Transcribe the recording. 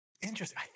Interesting